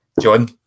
John